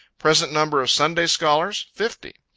present number of sunday scholars, fifty.